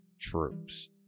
troops